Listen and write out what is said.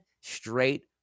straight